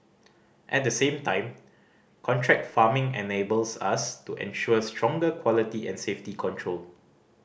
at the same time contract farming enables us to ensure stronger quality and safety control